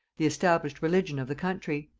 the established religion of the country.